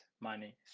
money